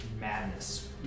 madness